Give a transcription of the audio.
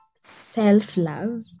self-love